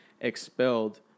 expelled